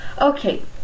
Okay